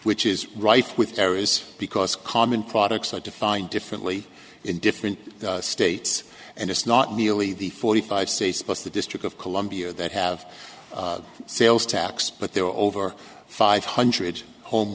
which is right with their is because common products are defined differently in different states and it's not merely the forty five states plus the district of columbia that have sales tax but there are over five hundred home